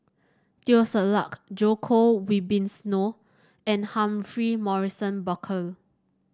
Teo Ser Luck Djoko Wibisono and Humphrey Morrison Burkill